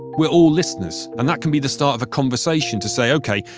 we're all listeners. and that can be the start of a conversation to say okay,